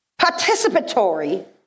participatory